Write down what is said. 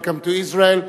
Welcome to Israel,